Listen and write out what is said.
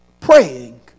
praying